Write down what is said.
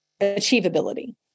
achievability